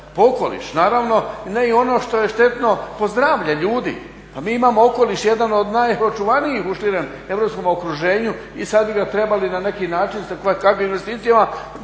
okoliš. Naravno ne i ono što je štetno po zdravlje ljudi. Pa mi imamo okoliš jedan od najočuvanijih u širem europskom okruženju i sad bi ga trebali na neki način … to je nama